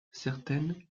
certaines